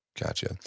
Gotcha